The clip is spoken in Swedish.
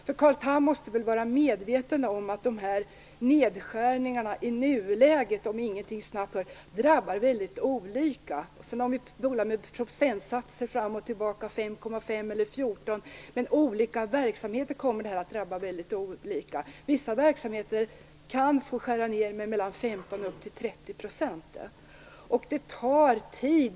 Carl Tham måste väl vara medveten om att de här nedskärningarna i nuläget, om ingenting snabbt görs, drabbar väldigt olika. Om vi bollar med procentsatser fram och tillbaka, som 5,5 eller 14, kommer det att drabba olika verksamheter väldigt olika. Vissa verksamheter kan få skära ned med mellan 15 och 30 %. Det tar tid.